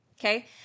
Okay